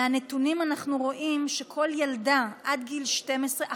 מהנתונים אנחנו רואים שכל ילדה עד גיל 12,